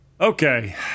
Okay